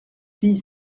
pays